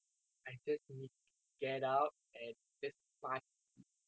I just need to get out and just party